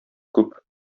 күп